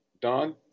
Don